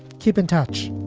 keep in touch